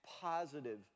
positive